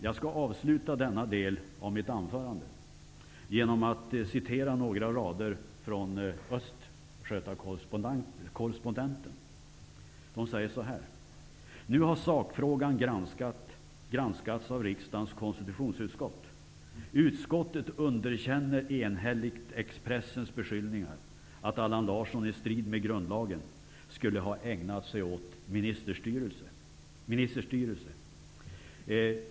Jag skall avsluta denna del av mitt anförande genom att citera några rader ur Östgöta Correspondenten. Där sägs det: ''Nu har sakfrågan granskats av riksdagens konstitutionsutskott. Utskottet underkänner enhälligt Expressens beskyllningar att Allan Larsson i strid med grundlagen skulle ha ägnat sig åt ministerstyre.